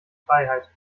freiheit